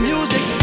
Music